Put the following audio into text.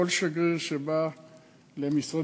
כל שגריר שבא למשרדי,